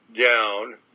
down